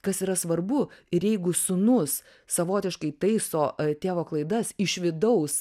kas yra svarbu ir jeigu sūnus savotiškai taiso tėvo klaidas iš vidaus